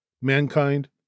Mankind